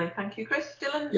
and thank you chris. dylan,